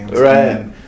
Right